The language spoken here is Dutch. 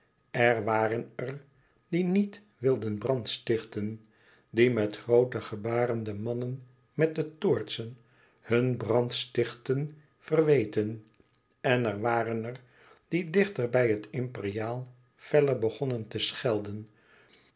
er waren er die niet wilden brandstichten die met groote gebaren den mannen met de toortsen hun brandstichten verweten en er waren er die dichter bij het imperiaal feller begonnen te schelden